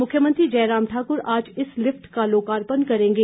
मुख्यमंत्री जयराम ठाकुर आज इस लिफ्ट का लोकार्पण करेंगे